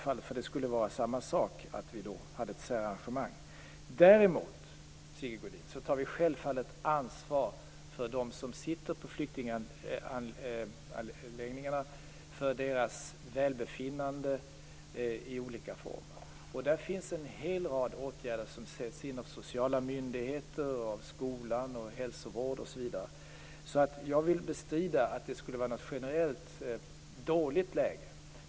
Det skulle också innebära ett särarrangemang. Däremot, Sigge Godin, tar vi självfallet ansvar för dem som sitter på flyktinganläggningarna och deras välbefinnande. Det finns en hel rad åtgärder som sätts in av sociala myndigheter, av skola och hälsovård. Jag vill bestrida att det skulle vara något generellt dåligt läge.